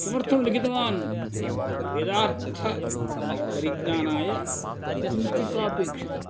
किमर्थं लिखितवान् वेदार्थपरिज्ञानाय कुञ्चिकापेक्षिता